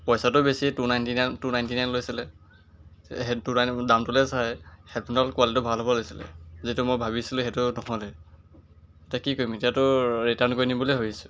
পইচাটো বেছি two ninety nine two ninety nine লৈছিলে হেড টু দামটোলৈ চাই হেডফোনডাল কোৱালিটিটো ভাল হ'ব লাগিছিলে যিটো মই ভাবিছিলোঁ সেইটো নহ'লে এতিয়া কি কৰিম এতিয়াতো ৰিটাৰ্ণ কৰি দিম বুলিয়েই ভাবিছোঁ